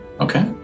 Okay